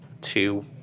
two